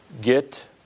Get